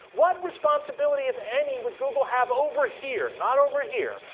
what responsibility, if any, would google have over here not over here,